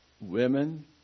women